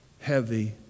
heavy